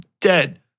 dead